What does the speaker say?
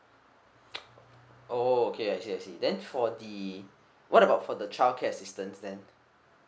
oh okay I see I see then for the what about for the childcare assistance then